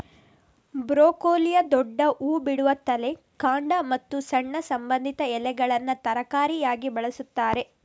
ಬ್ರೊಕೊಲಿಯ ದೊಡ್ಡ ಹೂ ಬಿಡುವ ತಲೆ, ಕಾಂಡ ಮತ್ತು ಸಣ್ಣ ಸಂಬಂಧಿತ ಎಲೆಗಳನ್ನ ತರಕಾರಿಯಾಗಿ ಬಳಸ್ತಾರೆ